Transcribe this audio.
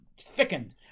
thickened